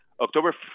October